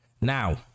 Now